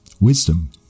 wisdom